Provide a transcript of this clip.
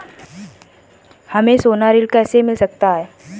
हमें सोना ऋण कैसे मिल सकता है?